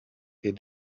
est